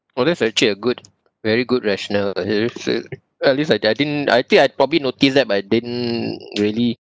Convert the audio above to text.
oh that's actually a good very good rational at least like I think I think I probably noticed that I didn't really